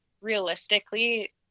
realistically